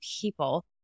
people